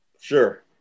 Sure